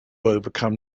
overcome